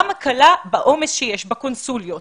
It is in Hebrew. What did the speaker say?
גם הקלה בעומס שיש בקונסוליות.